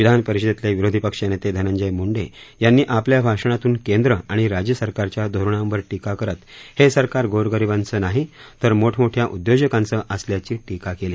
विधान परिषदेतले विरोधी पक्षनेते धनंजय मुंडे यांनी आपल्या भाषणातून केंद्र आणि राज्य सरकारच्या धोरणांवर टीका करत हे सरकार गोरगरिबांचं नाही तर मोठमोठ़या उदयोजकांच असल्याची टीका केली